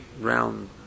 round